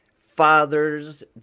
fathers